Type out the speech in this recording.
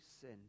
sin